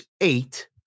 eight